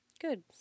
Good